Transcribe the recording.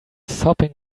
sopping